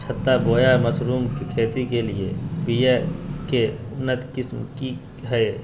छत्ता बोया मशरूम के खेती के लिए बिया के उन्नत किस्म की हैं?